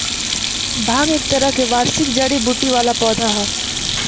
भांग एक तरह के वार्षिक जड़ी बूटी वाला पौधा ह